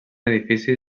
edifici